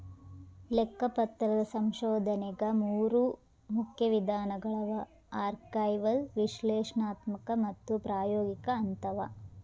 ಲೆಕ್ಕಪತ್ರದ ಸಂಶೋಧನೆಗ ಮೂರು ಮುಖ್ಯ ವಿಧಾನಗಳವ ಆರ್ಕೈವಲ್ ವಿಶ್ಲೇಷಣಾತ್ಮಕ ಮತ್ತು ಪ್ರಾಯೋಗಿಕ ಅಂತವ